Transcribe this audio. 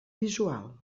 visual